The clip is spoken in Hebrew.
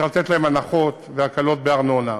צריך לתת להם הנחות והקלות בארנונה.